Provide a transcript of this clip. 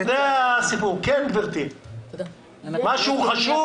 גברתי, בבקשה.